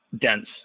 dense